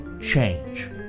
change